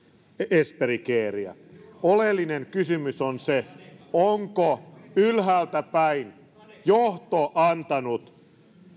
esperi carea oleellinen kysymys on se onko ylhäältäpäin johto antanut